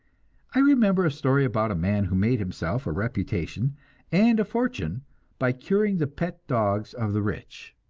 i remember a story about a man who made himself a reputation and a fortune by curing the pet dogs of the rich.